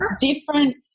different